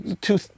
Two